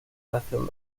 reacción